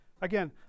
again